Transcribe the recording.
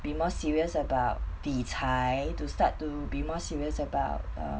be more serious about 理财 to start to be more serious about err